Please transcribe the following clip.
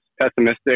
pessimistic